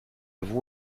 vous